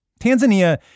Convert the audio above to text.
Tanzania